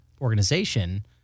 organization